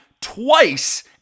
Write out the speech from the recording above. twice